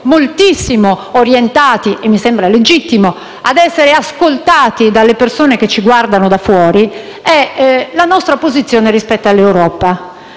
moltissimo orientati, e mi sembra legittimo, ad essere ascoltati dalle persone che ci guardano da fuori - è la nostra posizione rispetto all'Europa.